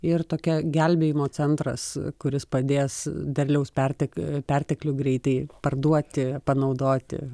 ir tokia gelbėjimo centras kuris padės derliaus pertek perteklių greitai parduoti panaudoti